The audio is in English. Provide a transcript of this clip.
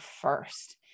first